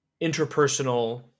interpersonal